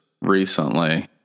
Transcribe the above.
Recently